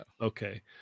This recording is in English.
Okay